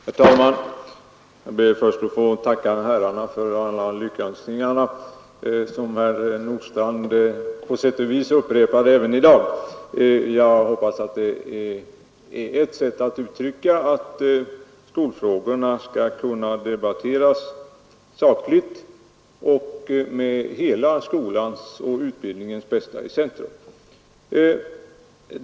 Herr talman! Jag ber först att få tacka herrarna för alla lyckönskningarna — herr Nordstrandh upprepade på sätt och vis sina i dag. Jag hoppas att det är ett sätt att uttrycka den meningen, att skolfrågorna skall kunna debatteras sakligt och med hela skolans och utbildningens bästa i centrum.